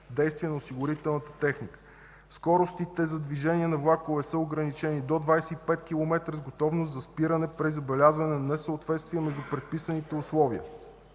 действие на осигурителната техника; скоростите за движение на влакове са ограничени до 25 километра с готовност за спиране при забелязване на несъответствие между предписаните условия;